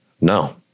No